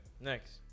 next